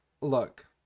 Look